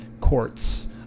courts